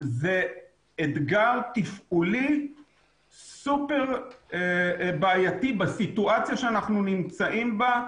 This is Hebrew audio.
זה אתגר תפעולי סופר בעייתי בסיטואציה שאנחנו נמצאים בה,